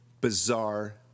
bizarre